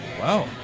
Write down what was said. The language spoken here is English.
Wow